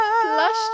Flushed